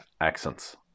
accents